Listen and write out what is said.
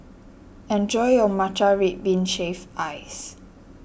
enjoy your Matcha Red Bean Shaved Ice